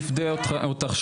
נפדה אותך,